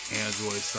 Android